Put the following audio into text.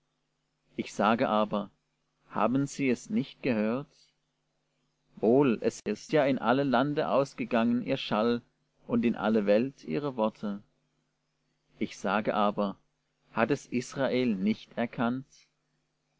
ich sage aber haben sie es nicht gehört wohl es ist ja in alle lande ausgegangen ihr schall und in alle welt ihre worte ich sage aber hat es israel nicht erkannt